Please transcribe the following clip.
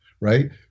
Right